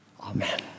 Amen